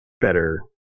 better